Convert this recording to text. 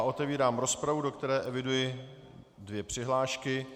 Otevírám rozpravu, do které eviduji dvě přihlášky.